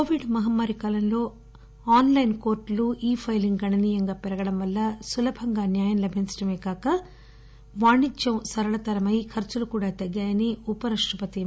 Covid మహమ్మారి కాలంలో online కోర్టులు ఇ పైలింగ్ గణనీయంగా పెరగడం వల్ల సులభంగా న్యాయం లభించడమే గాక సరళతర వాణిజ్యం పెరిగి ఖర్చులు కూడా తగ్గాయని ఉపరాష్టపతి ఎం